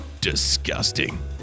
Disgusting